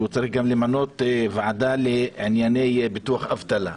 שהוא צריך למנות גם ועדה לענייני ביטוח אבטלה.